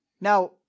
Now